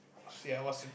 see I was